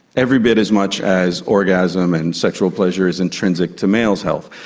every bit as much as orgasm and sexual pleasure is intrinsic to males' health.